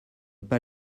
pas